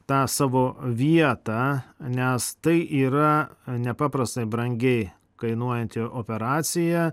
tą savo vietą nes tai yra nepaprastai brangiai kainuojanti operacija